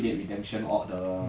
this one ah